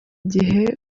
gihe